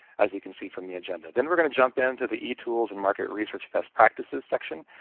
as you can see from the agenda. then we're going to jump into the etool and market research best practices section,